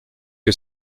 que